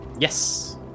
Yes